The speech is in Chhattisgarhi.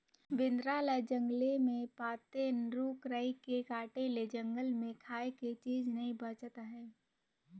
बेंदरा ल जंगले मे पातेन, रूख राई के काटे ले जंगल मे खाए के चीज नइ बाचत आहे